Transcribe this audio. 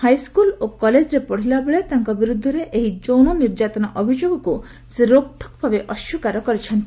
high school ଓ କଲେଜରେ ପଢ଼ିଲାବେଳେ ତାଙ୍କ ବିରୁଦ୍ଧରେ ଏହି ଯୌନ ନିର୍ଯ୍ୟାତନା ଅଭିଯୋଗକୁ ସେ ରୋକଠୋକ୍ ଭାବେ ଅସ୍ୱୀକାର କରିଛନ୍ତି